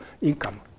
income